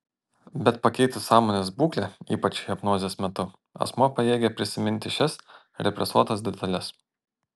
bet pakeitus sąmonės būklę ypač hipnozės metu asmuo pajėgia prisiminti šias represuotas detales